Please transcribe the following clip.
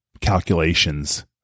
calculations